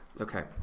Okay